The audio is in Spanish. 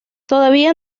todavía